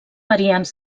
variants